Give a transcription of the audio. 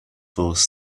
force